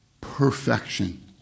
perfection